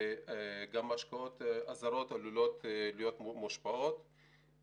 גם השקעות הזרות עלולות להיות מושפעות.